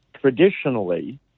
traditionally